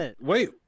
wait